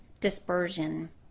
dispersion